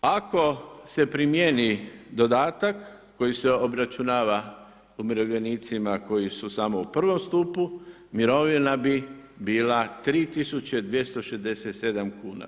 Ako se primijeni dodatak koji se obračunava umirovljenicima koji su samo u I stupu, mirovina bi bila 3267 kuna.